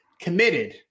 committed